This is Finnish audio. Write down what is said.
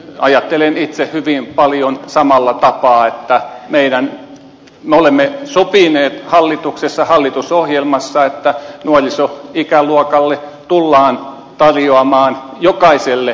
ajattelen itse hyvin paljon samalla tapaa että me olemme sopineet hallituksessa hallitusohjelmassa että nuorisoikäluokasta jokaiselle tullaan tarjoamaan koulutuspaikka